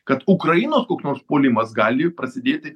kad ukrainos koks nors puolimas gali prasidėti